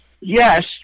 Yes